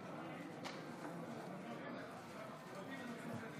הודעה למזכירת